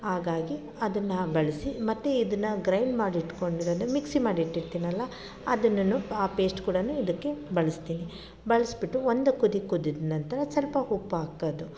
ಹಾಗಾಗಿ ಅದನ್ನು ಬಳ್ಸಿ ಮತ್ತೆ ಇದನ್ನು ಗ್ರೈಂಡ್ ಮಾಡಿಟ್ಕೊಂಡಿರೊದು ಮಿಕ್ಷಿ ಮಾಡಿಟ್ಟಿರ್ತೀನಲ್ಲ ಅದನ್ನು ಆ ಪೇಸ್ಟ್ ಕೂಡ ಇದಕ್ಕೆ ಬಳಸ್ತೀನಿ ಬಳಸ್ಬಿಟ್ಟು ಒಂದು ಕುದಿ ಕುದ್ದ ನಂತರ ಸಲ್ಪ ಉಪ್ಪು ಹಾಕೋದು